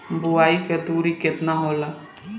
बुआई के दूरी केतना होला?